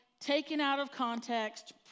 taken-out-of-context